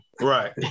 right